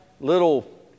little